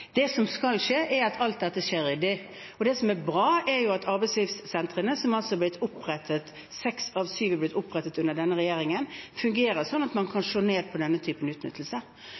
Det som skal skje, er at alt dette skal være ryddig. Det som er bra, er at arbeidslivskriminalitetssentrene, der seks av syv er blitt opprettet under denne regjeringen, fungerer sånn at man kan slå ned på denne typen utnyttelse.